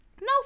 No